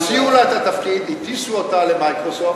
הציעו לה את התפקיד, הטיסו אותה ל"מיקרוסופט"